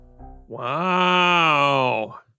Wow